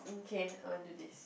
K I want do this